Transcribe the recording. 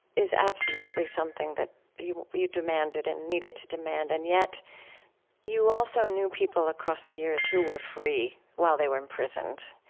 is absolutely something you you demanded and needed to demand, and yet you also knew people across the years who were free while they were imprisoned.